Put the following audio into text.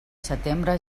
setembre